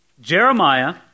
Jeremiah